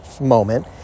moment